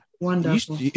Wonderful